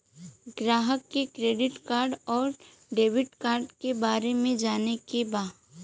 ग्राहक के credit card और डेविड कार्ड के बारे में जाने के बा?